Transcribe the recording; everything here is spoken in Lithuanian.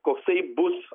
kokosai bus